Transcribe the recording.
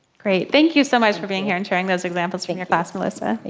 great. thank you so much for being here and showing those examples from your class, melissa. like